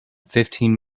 fifteen